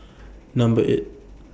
Number eight